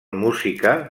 música